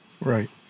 Right